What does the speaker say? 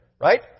right